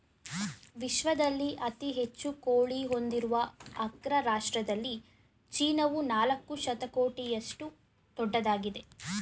ವಿಶ್ವದಲ್ಲಿ ಅತಿ ಹೆಚ್ಚು ಕೋಳಿ ಹೊಂದಿರುವ ಅಗ್ರ ರಾಷ್ಟ್ರದಲ್ಲಿ ಚೀನಾವು ನಾಲ್ಕು ಶತಕೋಟಿಯಷ್ಟು ದೊಡ್ಡದಾಗಿದೆ